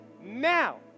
now